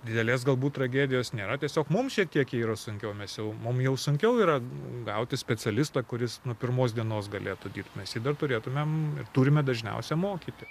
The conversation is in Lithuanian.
didelės galbūt tragedijos nėra tiesiog mums šiek tiek yra sunkiau mes jau mum jau sunkiau yra gauti specialistą kuris nuo pirmos dienos galėtų dirbt mes dar turėtumėm ir turime dažniausia mokyti